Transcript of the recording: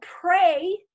pray